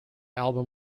album